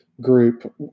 group